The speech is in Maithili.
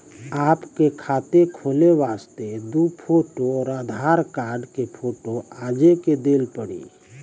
आपके खाते खोले वास्ते दु फोटो और आधार कार्ड के फोटो आजे के देल पड़ी?